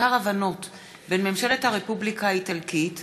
מזכר הבנות בין ממשלת הרפובליקה האיטלקית